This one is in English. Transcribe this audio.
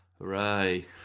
Hooray